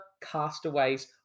castaways